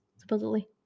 supposedly